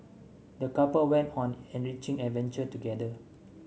the couple went on an enriching adventure together